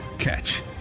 Catch